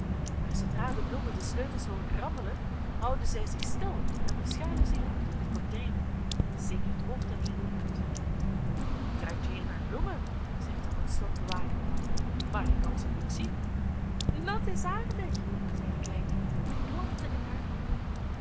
maar zoodra de bloemen de sleutels hooren rammelen houden zij zich stil en verschuilen zich achter de gordijnen en steken het hoofd alleen er uit het ruikt hier naar bloemen zegt de oude slotbewaarder dan maar ik kan ze niet zien dat is aardig zei de kleine ida en klapte in haar handen